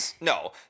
No